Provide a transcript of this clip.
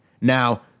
Now